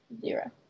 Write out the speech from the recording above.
zero